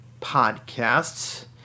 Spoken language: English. podcasts